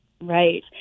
Right